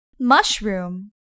Mushroom